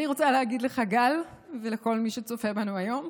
אני רוצה להגיד לך, גל, ולכל מי שצופה בנו היום,